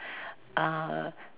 uh